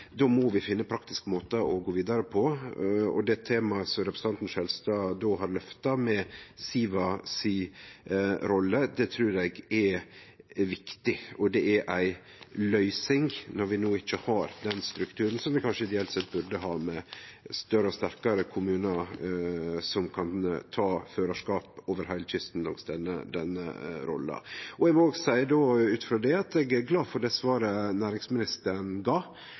då må vi finne praktiske måtar å gå vidare på. Det temaet som representanten Skjelstad då har løfta, med rolla til Siva, trur eg er viktig, og det er ei løysing når vi no ikkje har den strukturen som vi kanskje ideelt sett burde ha, med større og sterkare kommunar som kan ta førarskap over heile kysten for denne rolla. Eg vil òg seie, ut frå det, at eg er glad for det svaret næringsministeren gav.